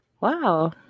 Wow